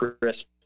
crisp